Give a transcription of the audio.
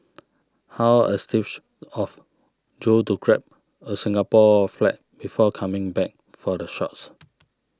how astute of Joe to grab a Singapore flag before coming back for the shots